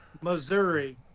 Missouri